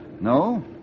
No